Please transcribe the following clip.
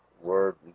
word